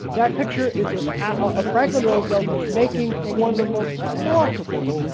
that picture is of ah of franklin roosevelt making one of the most remarkable